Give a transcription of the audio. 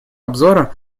обзора